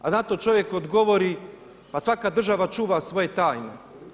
A na to čovjek odgovori, pa svaka država čuva svoje tajne.